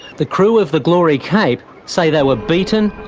the crew of the glory cape say they were beaten,